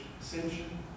ascension